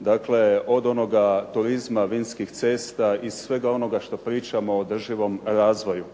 dakle od onoga turizma vinskih cesta i svega onoga što pričamo o održivom razvoju.